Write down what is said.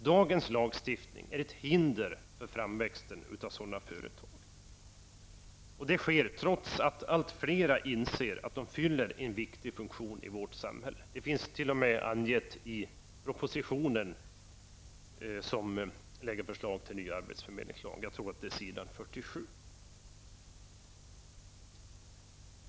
Dagens lagstiftning är ett hinder för framväxten av sådana företag, trots att allt fler inser att de fyller en viktig funktion i vårt samhälle. Detta anges t.o.m. i propositionen med förslag till en ny arbetsförmedlingslag, jag tror att det står på s. 47.